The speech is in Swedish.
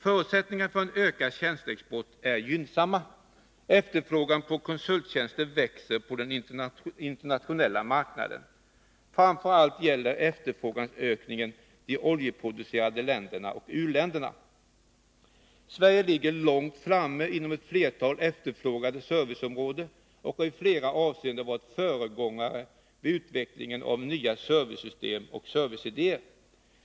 Förutsättningarna för en ökad tjänsteexport är gynnsamma. Efterfrågan på konsulttjänster växer på den internationella marknaden. Framför allt gäller efterfrågeökningen de oljeproducerande länderna och u-länderna. Sverige ligger långt framme inom ett flertal efterfrågade serviceområden och har i flera avseenden varit föregångare vid utvecklingen av nya servicesystem och serviceidéer.